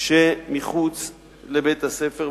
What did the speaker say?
שמחוץ לבית-הספר.